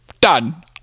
Done